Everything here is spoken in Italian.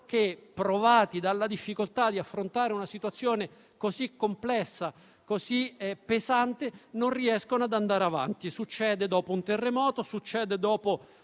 che, provati dalla difficoltà di affrontare una situazione così complessa e pesante, non riescono ad andare avanti. Questo succede dopo un terremoto, dopo